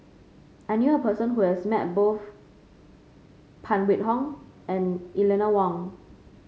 I knew a person who has met both Phan Wait Hong and Eleanor Wong